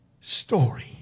story